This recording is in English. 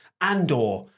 Andor